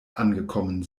angekommen